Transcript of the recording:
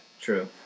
true